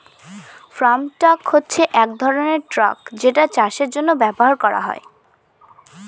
farm truck হচ্ছে এক ধরনের ট্র্যাক যেটা চাষের জন্য ব্যবহার করা হয়